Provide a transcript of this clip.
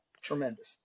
tremendous